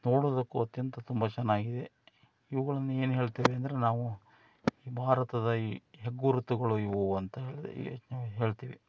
ನೋಡೋದಕ್ಕೂ ಅತ್ಯಂತ ತುಂಬ ಚೆನ್ನಾಗಿದೆ ಇವುಗಳ್ನ ಏನು ಹೇಳ್ತೀರಿ ಅಂದ್ರೆ ನಾವು ಭಾರತದ ಈ ಹೆಗ್ಗುರುತುಗಳು ಇವು ಅಂತ ಹೇಳ್ತೀವಿ